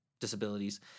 disabilities